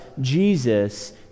Jesus